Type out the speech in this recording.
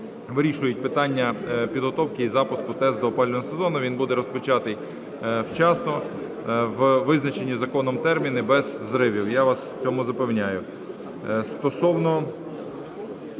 вирішують питання підготовки і запуску ТЕС до опалювального сезону. Він буде розпочатий вчасно, в визначені законом терміни без зривів. Я вас в цьому запевняю.